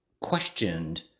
questioned